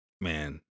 man